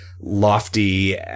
lofty